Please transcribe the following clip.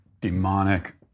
demonic